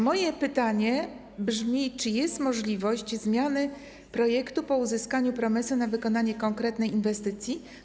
Moje pytanie brzmi: Czy jest możliwość zmiany projektu po uzyskaniu promesy na wykonanie konkretnej inwestycji?